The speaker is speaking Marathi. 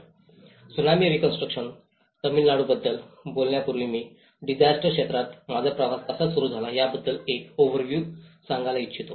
त्सुनामी रीकॉन्स्ट्रुकशन तामिळनाडूबद्दल बोलण्यापूर्वी मी डिसास्टर क्षेत्रात माझा प्रवास कसा सुरू झाला याबद्दल एक ओव्हरव्ह्यू सांगायला इच्छितो